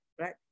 right